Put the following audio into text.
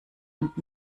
und